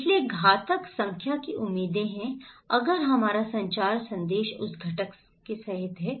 इसलिए घातक संख्या की उम्मीद है अगर हमारा संचार संदेश उस घटक सहित है